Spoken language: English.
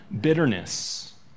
Bitterness